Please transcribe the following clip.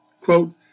quote